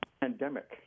pandemic